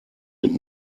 mit